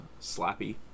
Slappy